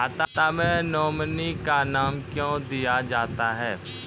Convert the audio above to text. खाता मे नोमिनी का नाम क्यो दिया जाता हैं?